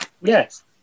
Yes